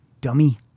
dummy